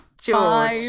George